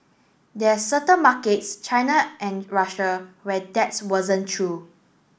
there's certain markets China and Russia where that's wasn't true